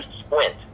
squint